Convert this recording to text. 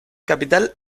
capital